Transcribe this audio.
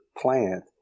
plant